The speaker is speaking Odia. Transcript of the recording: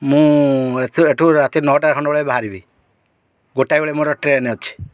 ମୁଁ ଏତେ ଏଠୁ ରାତି ନଅଟା ଖଣ୍ଡେ ବେଳେ ବାହାରିବି ଗୋଟା ବେଳେ ମୋର ଟ୍ରେନ୍ ଅଛି